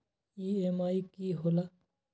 EMI की होला?